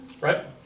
Right